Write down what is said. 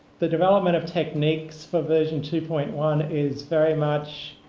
the development of techniques for version two point one is very much